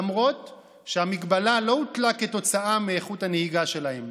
למרות שהמגבלה לא הוטלה כתוצאה מאיכות הנהיגה שלהם.